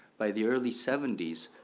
by the early seventy s,